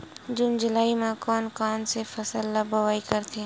जून जुलाई म कोन कौन से फसल ल बोआई करथे?